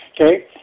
okay